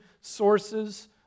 sources